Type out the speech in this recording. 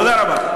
תודה רבה.